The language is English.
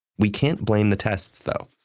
we can't blame the tests, though.